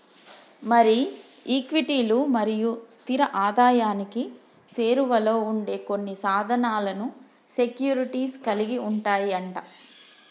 మరి ఈక్విటీలు మరియు స్థిర ఆదాయానికి సేరువలో ఉండే కొన్ని సాధనాలను సెక్యూరిటీస్ కలిగి ఉంటాయి అంట